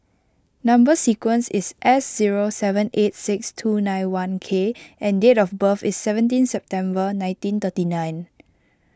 Number Sequence is S zero seven eight six two nine one K and date of birth is seventeen September nineteen thirty nine